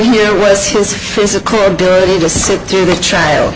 here was his physical ability to sit through the trial